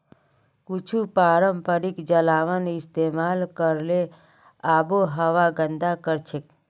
कुछू पारंपरिक जलावन इस्तेमाल करले आबोहवाक गंदा करछेक